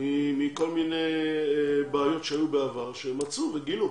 מכל מיני בעיות שהיו בעבר שמצאו וגילו.